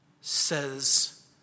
says